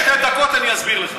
תן לי שתי דקות, אני אסביר לך.